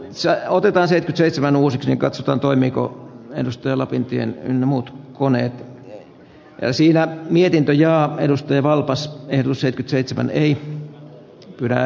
se otettaisiin seitsemän uusiksi katsotaan toimiiko neste lapintien ynnä muut kolme eli sillä mietintö ja edusti valpas perhoset olisin äänestänyt jaa